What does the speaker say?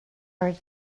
her